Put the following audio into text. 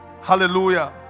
hallelujah